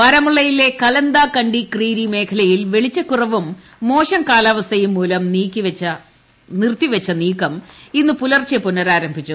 ബരാമുള്ളയിലെ കലന്ദാ ക ി ക്രീരി മേഖലയിൽ വെളിച്ചകുറവും മോശം കാലാവസ്ഥയും മൂലം നിർത്തിവെച്ച നീക്കം ഇന്ന് പുലർച്ചെ പുനരാരംഭിച്ചു